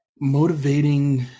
motivating